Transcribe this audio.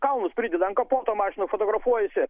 kalnus prideda ant kapoto mašinų fotografuojasi